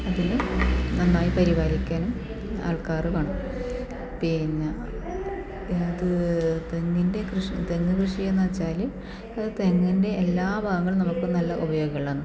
അതിലും നന്നായി പരിപാലിക്കാനും ആൾക്കാറ് വേണം പിന്നെ ഇത് തെങ്ങിൻ്റെ കൃഷി തെങ്ങ് കൃഷി എന്ന് വെച്ചാല് അത് തെങ്ങിൻ്റെ എല്ലാ ഭാഗങ്ങളും നമുക്ക് നല്ല ഉപയോഗം ഉള്ളതാന്ന്